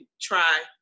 try